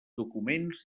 documents